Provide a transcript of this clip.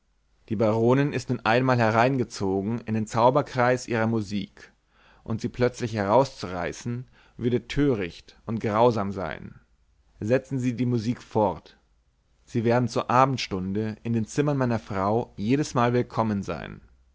die baronin ist nun einmal hereingezogen in den zauberkreis ihrer musik und sie plötzlich herauszureißen würde töricht und grausam sein setzen sie die musik fort sie werden zur abendstunde in den zimmern meiner frau jedesmal willkommen sein